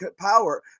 power